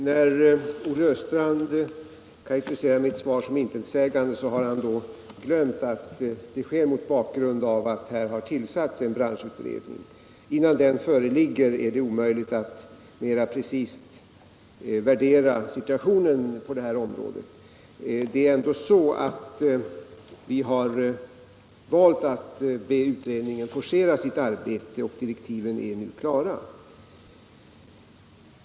Herr talman! När Olle Östrand karakteriserar mitt svar som intetsägande har han glömt att det ges mot bakgrunden av att en branschutredning har tillsatts. Innan dess arbete föreligger är det omöjligt att värdera situationen på detta område. Vi har valt att be utredningen forcera sitt arbete, och direktiven är nu klara.